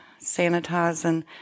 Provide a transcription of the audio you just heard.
sanitizing